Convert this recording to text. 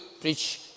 preach